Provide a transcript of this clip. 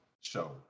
show